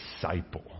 disciple